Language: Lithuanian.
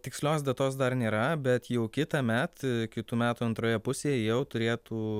tikslios datos dar nėra bet jau kitąmet kitų metų antroje pusėje jau turėtų